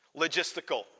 Logistical